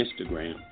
Instagram